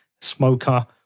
smoker